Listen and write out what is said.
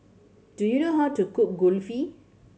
do you know how to cook Kulfi